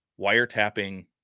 wiretapping